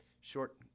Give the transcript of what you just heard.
short